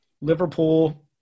Liverpool